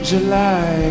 July